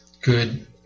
good